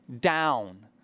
down